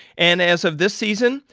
and as of this season,